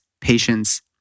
patience